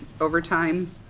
overtime